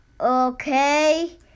okay